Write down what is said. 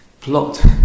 plot